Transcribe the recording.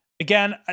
Again